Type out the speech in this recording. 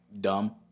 dumb